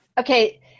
Okay